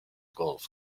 golf